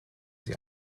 sie